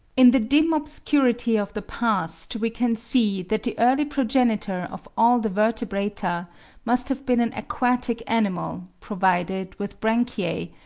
in the dim obscurity of the past we can see that the early progenitor of all the vertebrata must have been an aquatic animal, provided with branchiae,